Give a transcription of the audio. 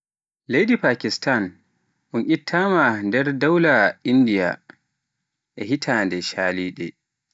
Leydi Pakistan un ittaama nder daula Indiya e der hitande shalinde.